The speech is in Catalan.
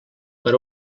per